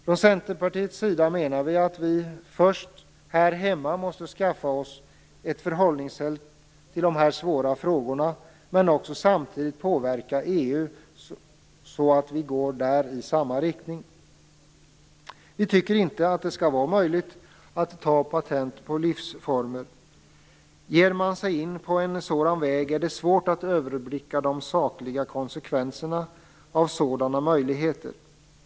Från Centerpartiets sida menar vi att vi först måste skaffa oss ett förhållningssätt till de här svåra frågorna här hemma, men samtidigt måste vi påverka EU så att vi där går i samma riktning. Vi tycker inte att det skall vara möjligt att ta patent på livsformer. Ger man sig in på en sådan väg är det svårt att överblicka de sakliga konsekvenserna av sådana möjligheter.